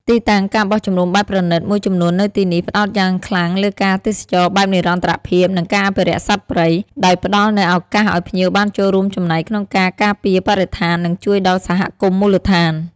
ទីតាំង ការបោះជំរំបែបប្រណីត មួយចំនួននៅទីនេះផ្តោតយ៉ាងខ្លាំងលើការទេសចរណ៍បែបនិរន្តរភាព និងការអភិរក្សសត្វព្រៃ ដោយផ្តល់នូវឱកាសឲ្យភ្ញៀវបានចូលរួមចំណែកក្នុងការការពារបរិស្ថាន និងជួយដល់សហគមន៍មូលដ្ឋាន។